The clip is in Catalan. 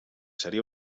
seria